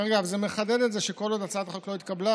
זה מחדד את זה שכל עוד הצעת החוק לא התקבלה,